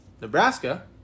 Nebraska